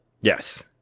Yes